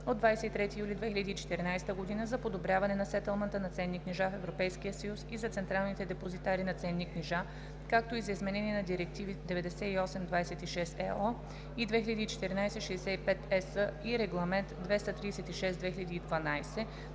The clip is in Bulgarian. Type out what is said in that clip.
от 23 юли 2014 година за подобряване на сетълмента на ценни книжа в Европейския съюз и за централните депозитари на ценни книжа, както и за изменение на директиви 98/26/ЕО и 2014/65/ЕС и Регламент (ЕС)